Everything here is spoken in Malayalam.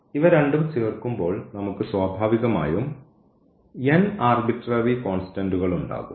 ഇവ രണ്ടും ചേർക്കുമ്പോൾ നമുക്ക് സ്വാഭാവികമായും ആർബിട്രറി കോൺസ്റ്റന്റ്കൾ ഉണ്ടാകും